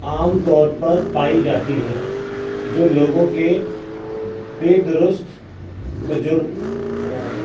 عام طور پر پائی جاتی ہیں جو لوگوں کے بے درست تجربے